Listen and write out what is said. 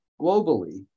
globally